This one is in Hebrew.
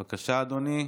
בבקשה, אדוני.